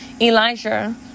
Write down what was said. elijah